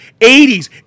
80s